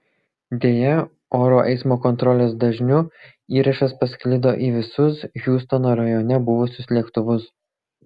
deja oro eismo kontrolės dažniu įrašas pasklido į visus hjustono rajone buvusius lėktuvus